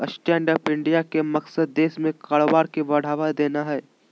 stand up India के मकसद देश में कारोबार के बढ़ावा देना हइ